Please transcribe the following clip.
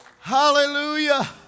Hallelujah